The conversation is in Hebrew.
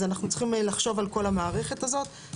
אז אנחנו צריכים לחשוב על כל המערכת הזאת.